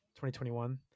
2021